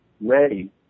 ready